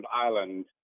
island